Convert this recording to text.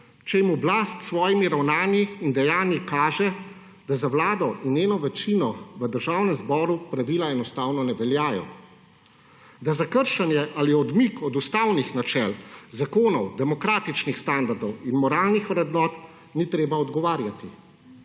če jim oblast s svojimi ravnanji in dejanji kaže, da za vlado in njeno večino v Državnem zboru pravila enostavno ne veljajo, da za kršenje ali odmik od ustavnih načel, zakonov, demokratičnih standardov in moralnih vrednot ni treba odgovarjati,